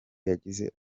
yagize